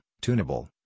tunable